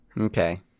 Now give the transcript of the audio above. Okay